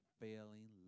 failing